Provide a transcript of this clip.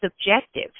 subjective